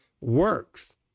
works